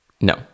No